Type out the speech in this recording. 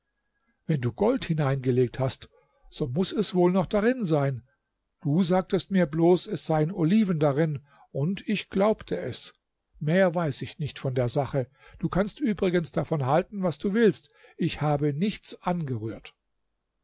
wenn du gold hineingelegt hast so muß es wohl noch darin sein du sagtest mir bloß es seien oliven darin und ich glaubte es mehr weiß ich nicht von der sache du kannst übrigens davon halten was du willst ich habe nichts angerührt